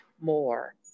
more